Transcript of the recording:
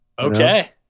Okay